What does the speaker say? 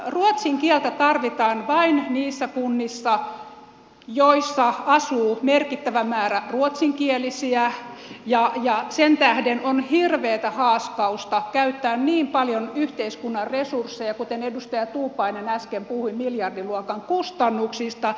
ruotsin kieltä tarvitaan vain niissä kunnissa joissa asuu merkittävä määrä ruotsinkielisiä ja sen tähden on hirveätä haaskausta käyttää niin paljon yhteiskunnan resursseja kuten edustaja tuupainen äsken puhui miljardiluokan kustannuksista